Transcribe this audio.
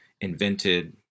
Invented